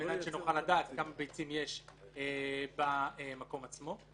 על מנת שנוכל לדעת כמה ביצים יש במקום עצמו.